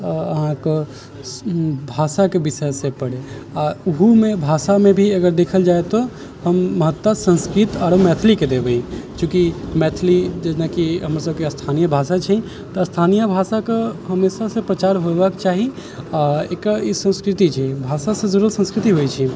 आ अहाँके भाषाके विषयसँ पढ़ै आ ओहोमे भाषामे भी अगर देखल जाइ तऽ हम महत्वत्ता संस्कृत आओर मैथिलीके देबै चूँकि मैथिली जेनाकि हमर सभके स्थानीय भाषा छी तऽ स्थानीय भाषाके हमेशासँ प्रचार होयबाक चाही आ एकर ई सन्स्कृति छै भाषासँ जुड़ल सन्स्कृति होइत छै